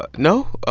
but no, ah